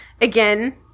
Again